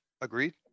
Agreed